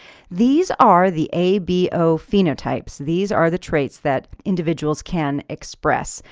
these are the a b o phenotypes. these are the traits that individuals can express.